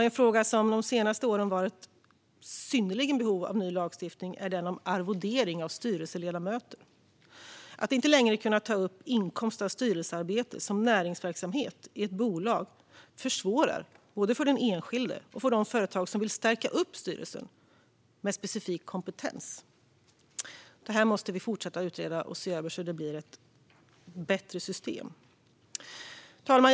En fråga som under de senaste åren synnerligen har varit i behov av ny lagstiftning är den om arvodering av styrelseledamöter. Att inte längre kunna ta upp inkomst av styrelsearbete som näringsverksamhet i ett bolag försvårar både för den enskilde och för de företag som vill stärka upp styrelsen med en specifik kompetens. Det här måste vi fortsätta att utreda och se över så att det blir ett bättre system. Fru talman!